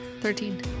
Thirteen